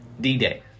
D-Day